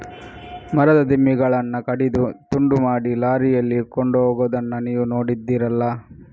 ಮರದ ದಿಮ್ಮಿಗಳನ್ನ ಕಡಿದು ತುಂಡು ಮಾಡಿ ಲಾರಿಯಲ್ಲಿ ಕೊಂಡೋಗುದನ್ನ ನೀವು ನೋಡಿದ್ದೀರಲ್ಲ